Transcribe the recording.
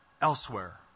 Elsewhere